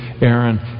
Aaron